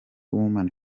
women